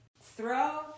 throw